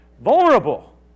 vulnerable